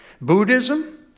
Buddhism